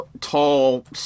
tall